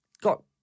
got